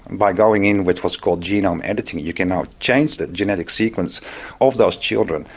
by going in with what's called genome editing, you can now change the generic sequence of those children,